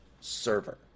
server